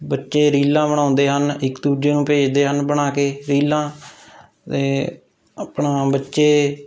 ਬੱਚੇ ਰੀਲਾਂ ਬਣਾਉਂਦੇ ਹਨ ਇੱਕ ਦੂਜੇ ਨੂੰ ਭੇਜਦੇ ਹਨ ਬਣਾ ਕੇ ਰੀਲਾਂ ਅਤੇ ਆਪਣਾ ਬੱਚੇ